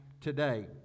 today